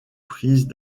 prises